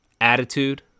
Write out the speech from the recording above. attitude